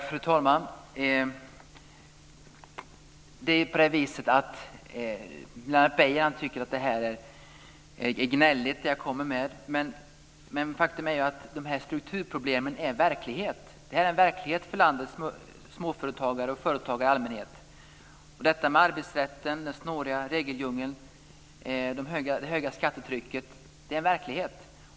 Fru talman! Lennart Beijer tycker att det jag kommer med är gnälligt. Men faktum är att strukturproblemen är verklighet för landets småföretagare och företagare i allmänhet. Detta med arbetsrätten, den snåriga regeldjungeln, det höga skattetrycket är verklighet.